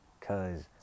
Cause